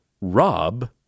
Rob